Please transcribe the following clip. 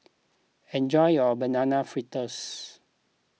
enjoy your Banana Fritters